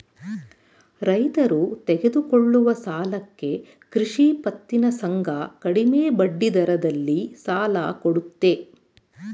ರೈತರು ತೆಗೆದುಕೊಳ್ಳುವ ಸಾಲಕ್ಕೆ ಕೃಷಿ ಪತ್ತಿನ ಸಂಘ ಕಡಿಮೆ ಬಡ್ಡಿದರದಲ್ಲಿ ಸಾಲ ಕೊಡುತ್ತೆ